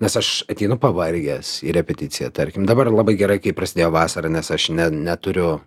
nes aš ateinu pavargęs į repeticiją tarkim dabar labai gerai kai prasidėjo vasara nes aš ne neturiu